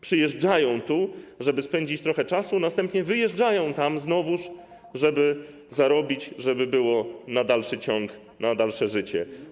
Przyjeżdżają tu, żeby spędzić trochę czasu, a następnie znowu wyjeżdżają tam, żeby zarobić, żeby było na dalszy ciąg, na dalsze życie.